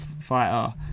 fighter